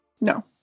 No